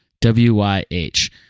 W-Y-H